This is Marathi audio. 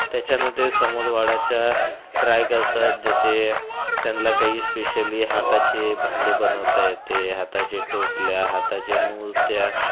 त्याच्यानंतर हे समोर वाढायचा ट्राय करतात जसे त्यान्ला काही स्पेशली हाताची भांडी बनवता येते हाताची टोपल्या हाताची मूर्त्या